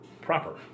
proper